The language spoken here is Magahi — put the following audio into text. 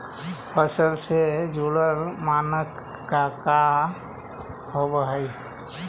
फसल से जुड़ल मानक का का होव हइ?